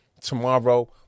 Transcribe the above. Tomorrow